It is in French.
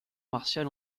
martial